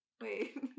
wait